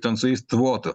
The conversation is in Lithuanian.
ten su jais tvotų